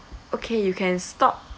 okay you can stop